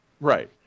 Right